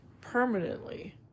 permanently